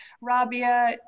Rabia